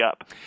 up